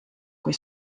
kui